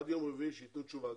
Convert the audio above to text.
עד יום רביעי שייתנו תשובה,